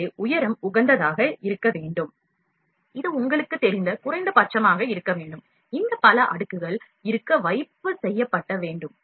எனவே உயரம் உகந்ததாக இருக்க வேண்டும் இது உங்களுக்குத் தெரிந்த குறைந்தபட்சமாக இருக்க வேண்டும் இந்த பல அடுக்குகள் இருக்க வைப்பு செய்யப்பட்ட வேண்டும்